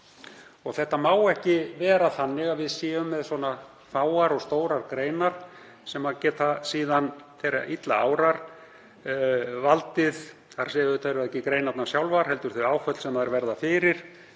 Það má ekki vera þannig að við séum með svona fáar og stórar greinar sem geta síðan þegar illa árar valdið — það eru auðvitað ekki greinarnar sjálfar heldur þau áföll sem þær verða fyrir